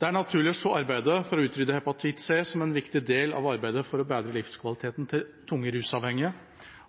Det er naturlig å se arbeidet for å utrydde hepatitt C som en viktig del av arbeidet for å bedre livskvaliteten til tungt rusavhengige,